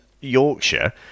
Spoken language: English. Yorkshire